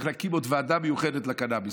צריך להקים עוד ועדה מיוחדת לקנביס.